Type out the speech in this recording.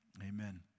Amen